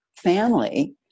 family